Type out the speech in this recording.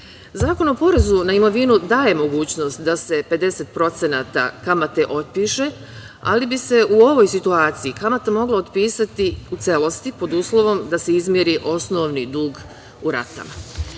Zakon o porezu na imovinu daje mogućnost da se 50% kamate otpiše, ali bi se u ovoj situaciji kamata mogla otpisati u celosti pod uslovom da se izmiri osnovni dug u ratama. Na